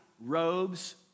robes